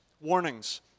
warnings